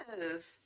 Yes